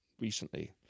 recently